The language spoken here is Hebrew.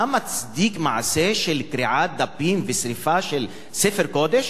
אתה מצדיק מעשה של קריעת דפים ושרפה של ספר קודש?